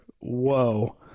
Whoa